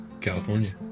California